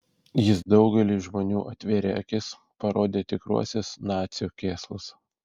jis daugeliui žmonių atvėrė akis parodė tikruosius nacių kėslus